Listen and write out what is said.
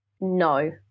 no